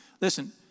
Listen